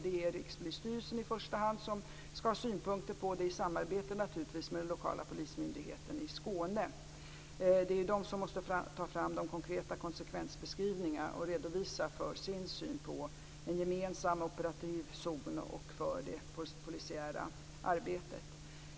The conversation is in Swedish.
Det är Rikspolisstyrelsen som i första hand skall ha synpunkter på det, naturligtvis i samarbete med den lokala polismyndigheten i Skåne. Det är ju där man måste ta fram de konkreta konsekvensbeskrivningarna och redovisa sin syn på en gemensam operativ zon och det polisiära arbetet.